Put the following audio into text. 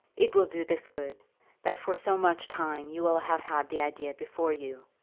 it will do this good that for so much time you will have had the idea before you.